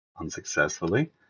Unsuccessfully